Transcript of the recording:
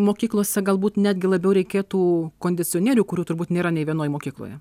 mokyklose galbūt netgi labiau reikėtų kondicionierių kurių turbūt nėra nei vienoj mokykloje